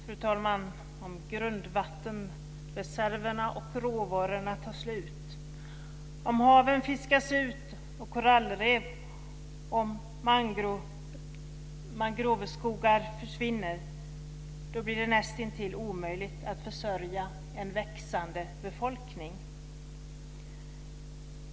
Fru talman! Om grundvattenreserverna och råvarorna tar slut, om haven fiskas ut och om korallrev och mangroveskogar försvinner, då blir det nästintill omöjligt att försörja en växande befolkning.